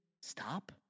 stop